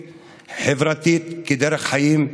קהילתית-ציבורית-חברתית כדרך חיים.